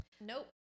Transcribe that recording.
nope